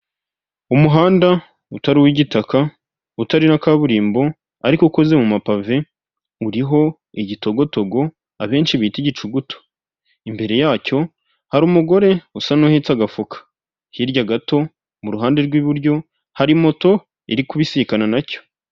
Umuhanda utari uw'igitaka utari na kaburimbo ariko ukoze mu mapave uriho igitogotogo abenshi bita igicugutu, imbere yacyo hari umugore usa nuhetse agafuka hirya gato mu ruhande rw'iburyo hari moto iri kubisikana na cyo.